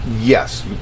Yes